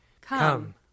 Come